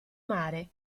mare